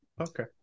Okay